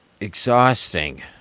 exhausting